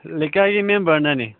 ꯂꯩꯀꯥꯏꯒꯤ ꯃꯦꯝꯕꯔꯅꯅꯤ